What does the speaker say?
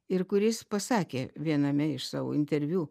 ir kuris pasakė viename iš savo interviu